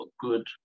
good